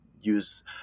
use